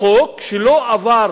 חוק שלא עבר